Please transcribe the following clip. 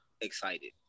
excited